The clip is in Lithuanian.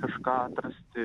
kažką atrasti